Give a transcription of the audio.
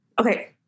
Okay